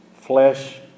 Flesh